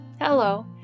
Hello